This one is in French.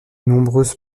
nombreuses